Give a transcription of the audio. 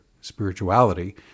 spirituality